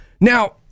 now